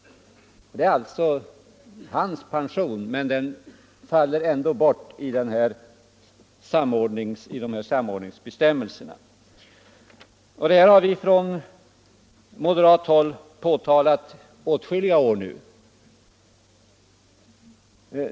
Det är alltså hans pension, men den faller ändå bort på grund av dessa samordningsbestämmelser. Det här förhållandet har vi från moderat håll påtalat under åtskilliga år.